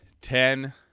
ten